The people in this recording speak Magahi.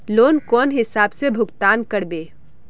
लोन कौन हिसाब से भुगतान करबे?